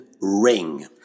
ring